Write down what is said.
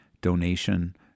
donation